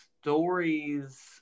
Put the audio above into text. stories